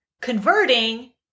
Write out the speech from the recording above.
converting